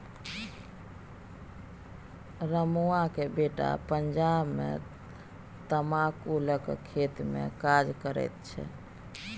रमुआक बेटा पंजाब मे तमाकुलक खेतमे काज करैत छै